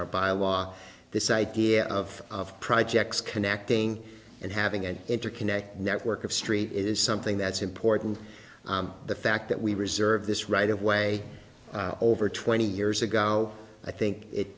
our byelaw this idea of of projects connecting and having an interconnected network of street is something that's important the fact that we reserve this right of way over twenty years ago now i think